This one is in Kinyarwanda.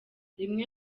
rimwe